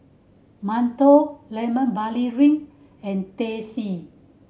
mantou Lemon Barley Drink and Teh C